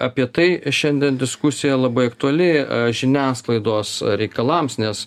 apie tai šiandien diskusija labai aktuali žiniasklaidos reikalams nes